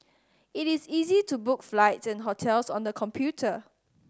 it is easy to book flights and hotels on the computer